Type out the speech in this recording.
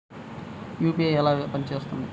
UPI ఎలా పనిచేస్తుంది?